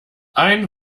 ein